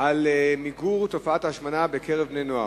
מטלון על מיגור תופעת ההשמנה בקרב בני נוער.